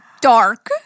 dark